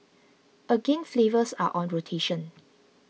again flavours are on rotation